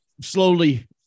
slowly